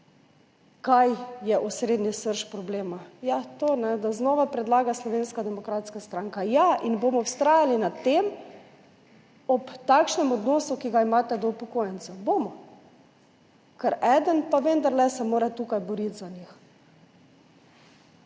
kaj je osrednja srž problema. Ja, to, da znova predlaga Slovenska demokratska stranka. Ja in bomo vztrajali na tem, ob takšnem odnosu, ki ga imate do upokojencev. Bomo, ker eden se pa vendarle mora tukaj boriti za njih.